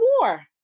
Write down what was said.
war